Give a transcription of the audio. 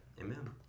Amen